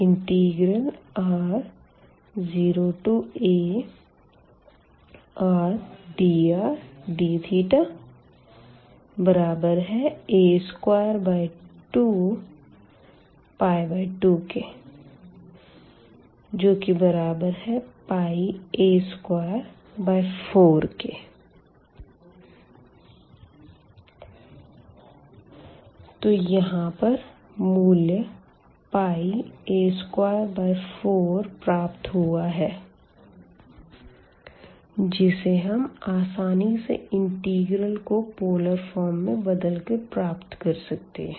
Aθ02r0ardrdθ a222 a24 तो यहाँ पर मूल्य a24 प्राप्त हुआ है जिसे हम आसानी से इंटीग्रल को पोलर फॉर्म में बदल कर प्राप्त कर सकते है